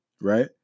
right